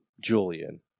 Julian